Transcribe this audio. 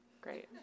great